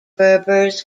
berbers